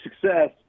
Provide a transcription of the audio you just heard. success